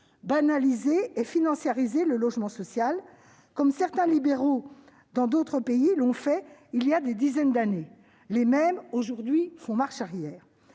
banaliser et de financiariser le logement social, comme certains gouvernements libéraux, dans d'autres pays, l'ont fait voilà des dizaines d'années. Les mêmes, aujourd'hui, font marche arrière